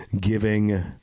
giving